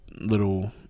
little